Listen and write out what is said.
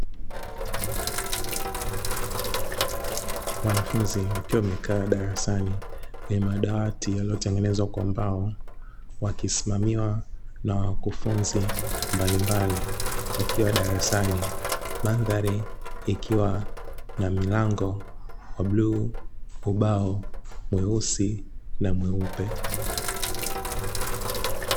Wanafunzi wakiwa wamekaa darasani kwenye madawati yaliyotengenezwa kwa mbao, wakisimamiwa na wakufunzi mbalimbali wakiwa darasani mandhari ikiwa na milango ya bluu ubao mweusi na mweupe.